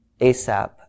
ASAP